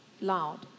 loud